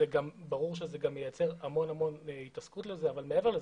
ברור שזה גם מייצר המון התעסקות בזה אבל מעבר לזה,